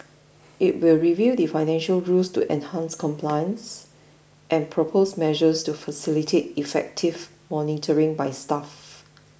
it will review the financial rules to enhance compliance and propose measures to facilitate effective monitoring by staff